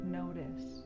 notice